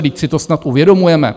Vždyť si to snad uvědomujeme.